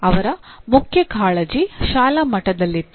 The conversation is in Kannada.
ಅವರ ಮುಖ್ಯ ಕಾಳಜಿ ಶಾಲಾ ಮಟ್ಟದಲ್ಲಿತ್ತು